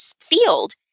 field